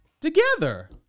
together